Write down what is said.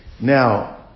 Now